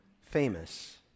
famous